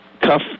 tough